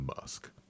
Musk